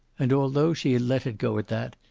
and, although she had let it go at that,